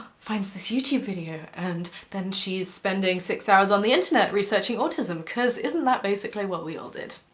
finds this youtube video and then she's spending six hours on the internet researching autism, because isn't that basically what we all did?